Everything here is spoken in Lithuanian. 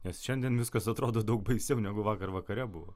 nes šiandien viskas atrodo daug baisiau negu vakar vakare buvo